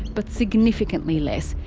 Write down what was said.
but significantly less,